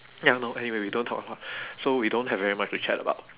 ya no anyway we don't talk a lot so we don't have very much to chat about